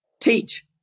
Teach